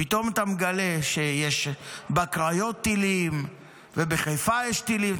פתאום אתה מגלה שיש בקריות טילים ובחיפה יש טילים.